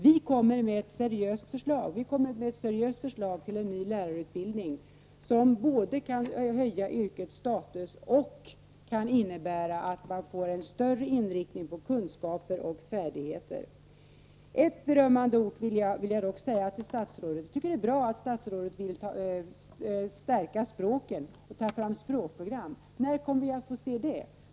Vi kommer med ett seriöst förslag till en ny lärarutbildning som både kan höja yrkets status och kan innebära att man får en större inriktning på kunskaper och färdigheter. Ett berömmande ord vill jag dock säga till statsrådet: Det är bra att statsrådet vill stärka språkämnena och ta fram språkprogram. När kommer vi att få se det?